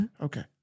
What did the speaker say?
Okay